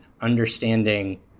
understanding